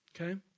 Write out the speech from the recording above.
okay